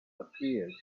appeared